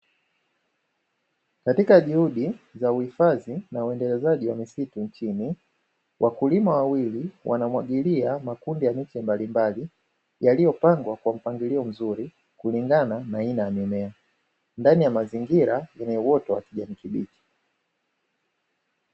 Katika juhudi za uhifadhi na urndelezaji wa misitu nchini, wakulima wawili wanamwagilia makundi ya miche mbalimbali yaliyopangwa kwa mpangilio mzuri kulingana na aina ya mimea ndani ya mazingira yenye uoto wa kijani kibichi.